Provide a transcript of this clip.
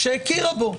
והכירה בו.